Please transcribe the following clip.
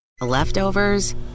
Leftovers